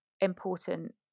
important